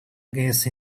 against